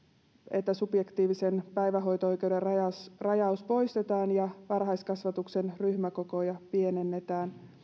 että subjektiivisen päivähoito oikeuden rajaus rajaus poistetaan ja varhaiskasvatuksen ryhmäkokoja pienennetään